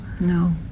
No